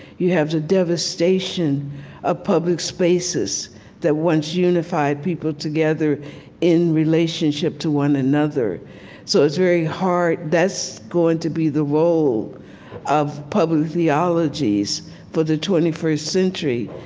you have the devastation of ah public spaces that once unified people together in relationship to one another so it's very hard that's going to be the role of public theologies for the twenty first century,